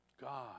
God